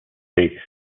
takes